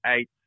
eight